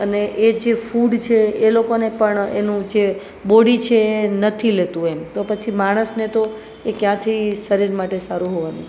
અને એ જે ફૂડ છે એ લોકોને પણ એનું જે બોડી છે એ નથી લેતું એમ તો પછી માણસને તો એ ક્યાંથી શરીર માટે સારું હોવાનું